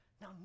Now